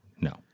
No